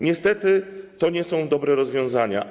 Niestety to nie są dobre rozwiązania.